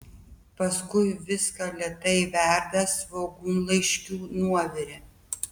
paskui viską lėtai verda svogūnlaiškių nuovire